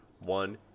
one